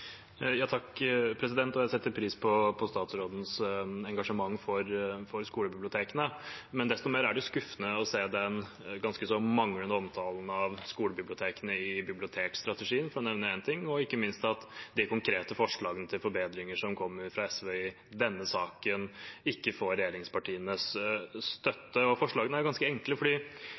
Jeg setter pris på statsrådens engasjement for skolebibliotekene, men desto mer er det skuffende å se den ganske så manglende omtalen av skolebibliotekene i bibliotekstrategien, for å nevne én ting, og ikke minst at de konkrete forslagene til forbedringer som kommer fra SV i denne saken, ikke får regjeringspartienes støtte. Forslagene er ganske enkle,